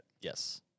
yes